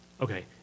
Okay